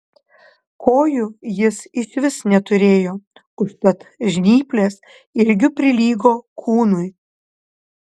kojų jis išvis neturėjo užtat žnyplės ilgiu prilygo kūnui